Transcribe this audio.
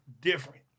different